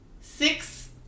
Six